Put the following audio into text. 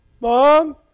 Mom